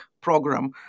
program